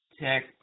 tech